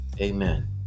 amen